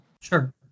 Sure